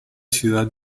ciudad